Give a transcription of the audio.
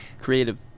Creative